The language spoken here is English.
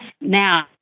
now